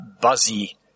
buzzy